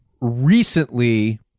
recently